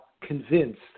convinced